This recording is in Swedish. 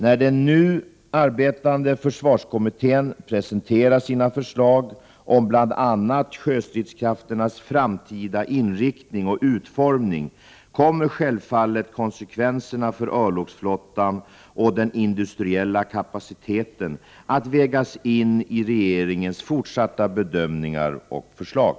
När den nu arbetande försvarskommittén presenterar sina förslag om bl.a. sjöstridskrafternas framtida inriktning och utformning kommer självfallet konsekvenserna för örlogsflottan och den industriella kapaciteten att vägas in i regeringens fortsatta bedömningar och förslag.